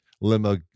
limo